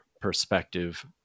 perspective